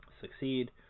Succeed